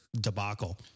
debacle